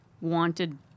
wanted